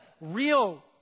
real